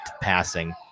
passing